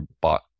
bought